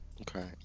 Okay